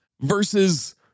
versus